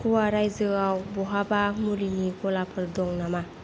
गवा रायजोआव बहाबा मुलिनि गलाफोर दं नामा